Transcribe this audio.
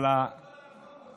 אני פחות אוהב את כל הרפורמות שלכם.